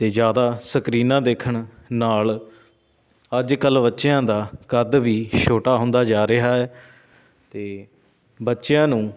ਅਤੇ ਜ਼ਿਆਦਾ ਸਕਰੀਨਾਂ ਦੇਖਣ ਨਾਲ ਅੱਜ ਕੱਲ੍ਹ ਬੱਚਿਆਂ ਦਾ ਕੱਦ ਵੀ ਛੋਟਾ ਹੁੰਦਾ ਜਾ ਰਿਹਾ ਹੈ ਅਤੇ ਬੱਚਿਆਂ ਨੂੰ